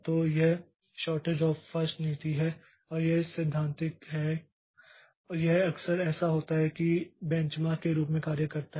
तो यह shortest job first नीति है और यह सैद्धांतिक है और यह अक्सर ऐसा होता है यह एक बेंचमार्क के रूप में कार्य करता है